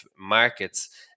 markets